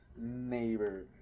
neighbor